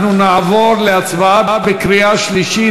אנחנו נעבור להצבעה בקריאה שלישית.